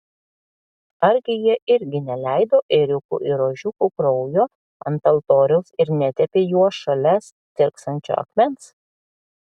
argi jie irgi neleido ėriukų ir ožiukų kraujo ant altoriaus ir netepė juo šalia stirksančio akmens